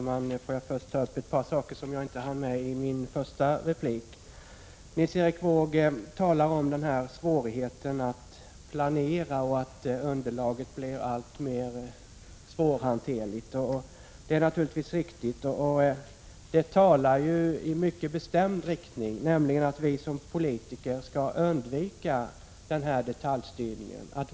Fru talman! Låt mig först ta upp ett par saker som jag inte hann med i min första replik. Nils Erik Wååg talade om svårigheten att planera och om att underlaget blir allt mer svårhanterligt. Det är naturligtvis riktigt, och det talar i en mycket bestämd riktning, nämligen för att vi som politiker skall undvika detaljstyrning.